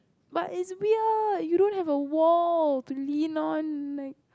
but is weird you don't have a wall to lean on like